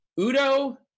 Udo